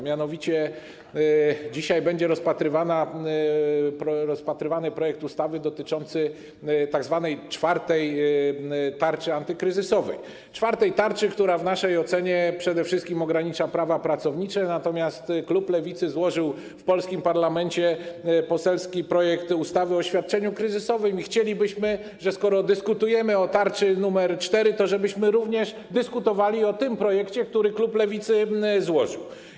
Mianowicie dzisiaj będzie rozpatrywany projekt ustawy dotyczący tzw. czwartej tarczy antykryzysowej, czwartej tarczy, która w naszej ocenie przede wszystkim ogranicza prawa pracownicze, natomiast klub Lewicy złożył w polskim parlamencie poselski projekt ustawy o świadczeniu kryzysowym i chcielibyśmy, skoro dyskutujemy o tarczy nr 4, dyskutować również o tym projekcie, który klub Lewicy złożył.